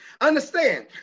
understand